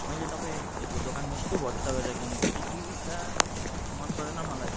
मैले तपाईँहरको दोकानमा यस्तो भरोसा गरेर किनेको त्यो टिभी त मन परेन मलाई